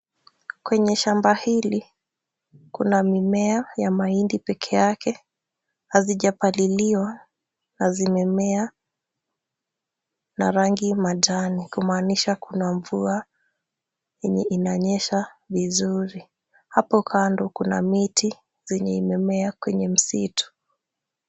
Kwenye shamba hili, kuna mimea ya malindi peke yake, hazijapaliliwa na zimemea, na rangi imanjani, kumaanisha kuna mvua, Ili inanyesha vizuri, hapo kando kuna miti zenye imemea kwenye msitu.